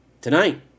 Tonight